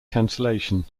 cancellation